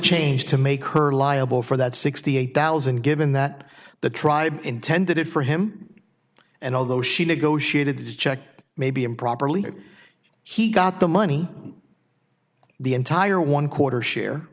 changed to make her liable for that sixty eight thousand given that the tribe intended it for him and although she negotiated the check maybe improperly he got the money the entire one quarter share